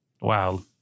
Wow